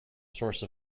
source